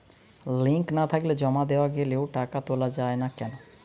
Link না থাকলে জমা দেওয়া গেলেও টাকা তোলা য়ায় না কেন?